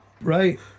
Right